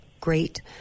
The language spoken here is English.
great